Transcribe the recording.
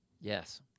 Yes